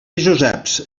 joseps